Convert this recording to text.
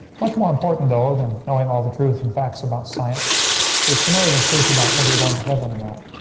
much more important though than knowing all the truth and facts about science is to know the truth about whether you're going to heaven or not.